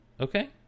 okay